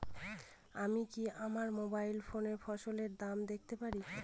আমি কি আমার মোবাইল ফোনে ফসলের দাম দেখতে পারি?